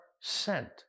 sent